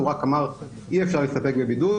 הוא רק אמר, אי אפשר להסתפק בבידוד.